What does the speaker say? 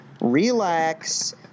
relax